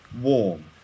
warm